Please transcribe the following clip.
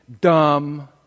dumb